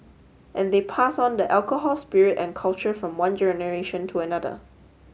and they pass on the alcohol spirit and culture from one generation to another